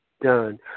done